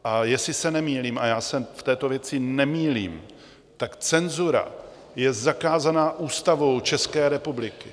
A jestli se nemýlím, a já se v této věci nemýlím, tak cenzura je zakázaná Ústavou České republiky.